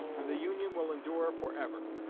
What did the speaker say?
and the union will endure forever.